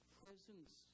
presence